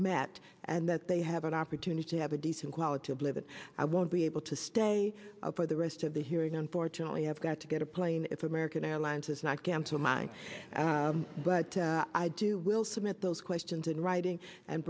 met and that they have an opportunity to have a decent quality of living i won't be able to stay for the rest of the hearing unfortunately i've got to get a plane if american airlines is not gam to mine but i do will submit those questions in writing and